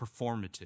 performative